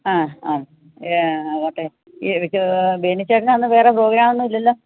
ആ ആ ഏ ആട്ടെ ഈ ബെന്നിച്ചേട്ടന് അന്ന് വേറെ പ്രോഗ്രാമൊന്നും ഇല്ലല്ലോ